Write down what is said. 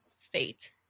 state